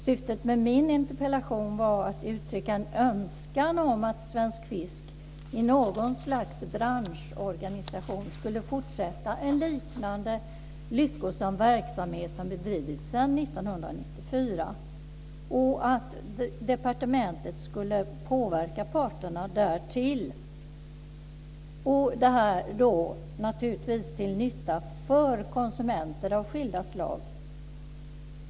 Syftet med min interpellation var att uttrycka en önskan om att Svensk Fisk i något slags branschorganisation skulle fortsätta att driva en lyckosam verksamhet liknande den som har bedrivits sedan 1994 och att departementet skulle påverka parterna därtill. Detta skulle naturligtvis vara till nytta för konsumenter av skilda slag.